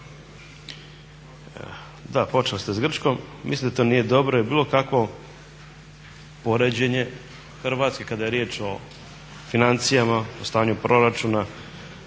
Da, počeli ste s Grčkom, mislim da to nije dobro jer bilo kakvo poređenje Hrvatske kada je riječ o financijama, o stanju proračuna